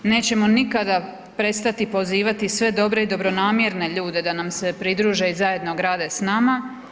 Nećemo nikada prestati pozivati sve dobre i dobronamjerne ljude da nam se pridruže i zajedno grade s nama.